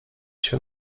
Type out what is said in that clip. się